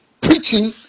Preaching